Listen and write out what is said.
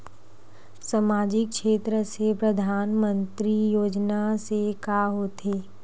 सामजिक क्षेत्र से परधानमंतरी योजना से का होथे?